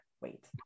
wait